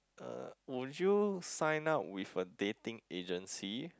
uh would you sign up with a dating agency